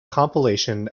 compilation